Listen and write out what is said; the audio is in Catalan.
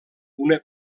una